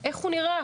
איך הוא נראה.